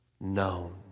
known